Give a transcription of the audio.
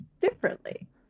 differently